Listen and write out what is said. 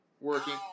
working